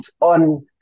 on